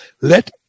let